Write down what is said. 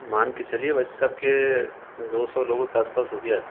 मान के चलिए भाई साहब के दो सौ लोगों के आस पास हो गया है